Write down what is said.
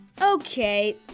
Okay